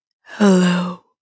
Hello